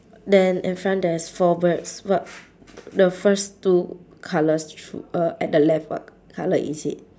then in front there's four birds what f~ the first two colours thr~ uh at the left what colour is it